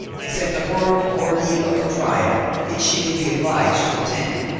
except the horrible ordeal of the trial which she would be obliged to attend.